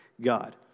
God